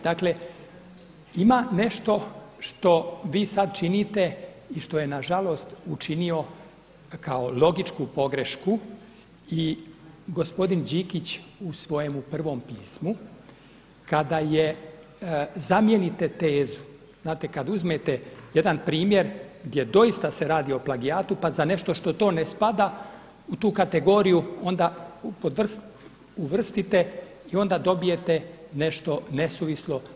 Dakle, ima nešto što vi sad činite i što je na žalost učinio kao logičku pogrešku i gospodin Đikić u svojemu prvom pismu kada je zamijenite tezu, znate kad uzmete jedan primjer gdje doista se radi o plagijatu pa za nešto što to ne spada u tu kategoriju onda uvrstite i onda dobijete nešto nesuvislo.